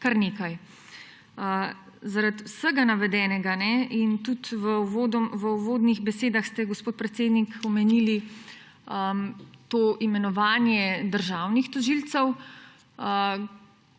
kar nekaj. Zaradi vsega navedenega in ker ste v uvodnih besedah, gospod predsednik, omenili tudi imenovanje državnih tožilcev,